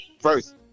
first